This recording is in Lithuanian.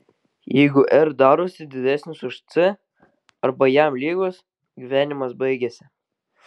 jeigu r darosi didesnis už c arba jam lygus gyvenimas baigiasi